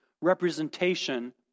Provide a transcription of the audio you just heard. representation